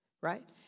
right